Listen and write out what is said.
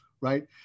Right